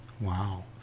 Wow